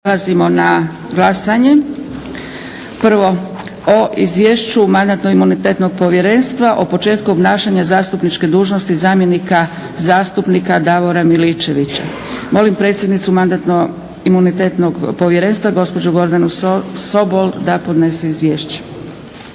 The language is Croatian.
Dragica (SDP)** Prvo o izvješću mandatno-imunitetnog povjerenstva o početku obnašanja zastupniče dužnosti zamjenika zastupnika Davora Miličevića. Molim predsjednicu mandatno-imunitetnog povjerenstva gospođu Gordanu Sobol da podnese izvješće.